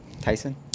Tyson